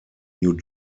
new